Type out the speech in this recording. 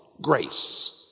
grace